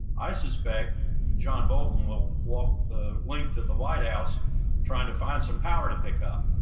i suspect john bolton will walk the length of the white house trying to find some power to pick up.